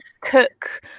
cook